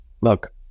look